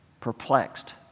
perplexed